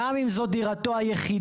גם אם זו דירתו היחידה,